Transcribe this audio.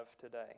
today